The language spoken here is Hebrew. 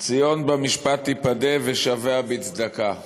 "ציון במשפט תִפָּדה ושביה בצדקה".